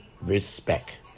Respect